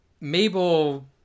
Mabel